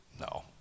No